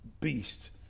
beast